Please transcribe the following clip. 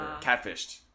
catfished